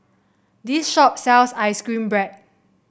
this shop sells ice cream bread